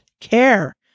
care